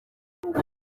ubwo